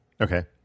Okay